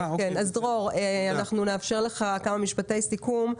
דרור, אנחנו נאפשר לך כמה משפטי סיכום.